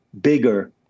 bigger